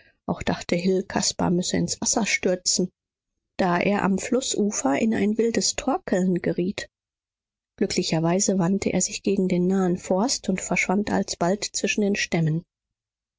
auch dachte hill caspar müsse ins wasser stürzen da er am flußufer in ein wildes torkeln geriet glücklicherweise wandte er sich gegen den nahen forst und verschwand alsbald zwischen den stämmen